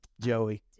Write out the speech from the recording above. joey